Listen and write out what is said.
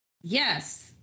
Yes